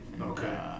Okay